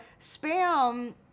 spam